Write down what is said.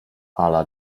ala